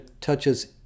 touches